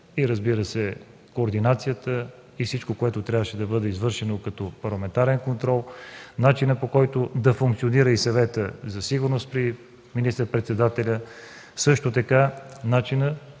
службите, координацията, и всичко, което трябваше да бъде извършено като парламентарен контрол. Начинът, по който да функционира Съветът за сигурност при министър-председателя, също така начинът,